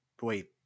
wait